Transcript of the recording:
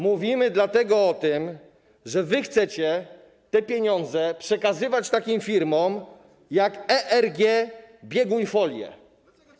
Mówimy dlatego o tym, że wy chcecie te pieniądze przekazywać takim firmom jak ERG Bieruń - Folie.